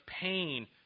pain